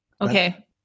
Okay